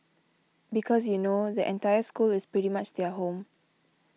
because you know the entire school is pretty much their home